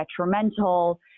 detrimental